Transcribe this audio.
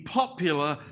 popular